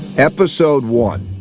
episode one,